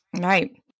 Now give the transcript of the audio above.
Right